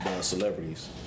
celebrities